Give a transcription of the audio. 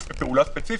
זאת פעולה ספציפית.